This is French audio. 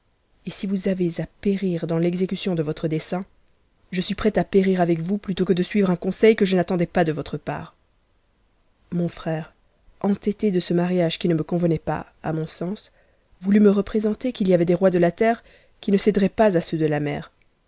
et si vous iez à périr dans l'exécution de votre dessein je suis prête à périr avec vous plutôt que de suivre un conseil que je n'attendais pas de votre part mon irère entêté de ce mariage qui ne me convenait pas à mon sens voulut me représenter qu'il y avait des rois de la terre qui ne céderaient pas à ceux de la mer